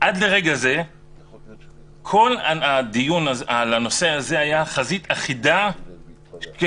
עד לרגע זה כל הדיון על הנושא הזה היה חזית אחידה כשכל